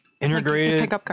Integrated